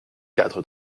quatre